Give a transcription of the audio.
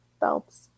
Belts